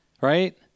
right